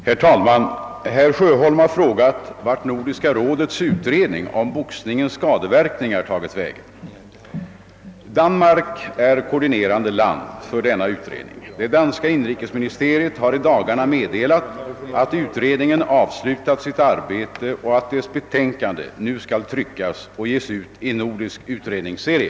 Herr talman! Herr Sjöholm har frågat vart Nordiska rådets utredning om boxningens skadeverkningar tagit vägen. Danmark är koordinerande land för denna utredning. Det danska inrikesministeriet har i dagarna meddelat att utredningen avslutat sitt arbete och att dess betänkande nu skall tryckas och ges ut i Nordisk utredningsserie.